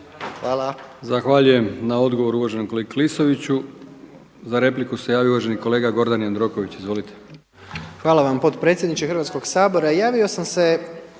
(HDZ)** Zahvaljujem na odgovoru uvaženom kolegi Klisoviću. Za repliku se javio uvaženi kolega Gordan Jandroković. Izvolite. **Jandroković, Gordan (HDZ)** Hvala vam potpredsjedniče Hrvatskog sabora. Javio sam se